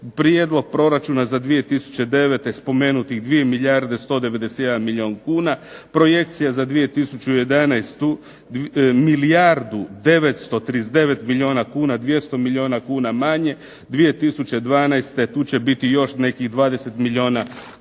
Prijedlog proračuna za 2009. spomenutih 2 milijarde 191 milijun kuna. Projekcije za 2011. milijardu 939 milijuna kuna, 200 milijuna kuna manje. 2012. tu će biti još nekih 20 milijuna kuna